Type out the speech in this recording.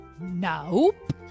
Nope